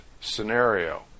scenario